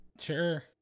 sure